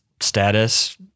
status